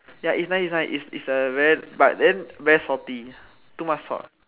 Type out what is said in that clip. ya it's nice it's nice it's it's a very but then it's too salty too much salt